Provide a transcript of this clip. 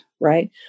right